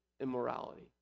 immorality